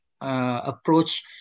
approach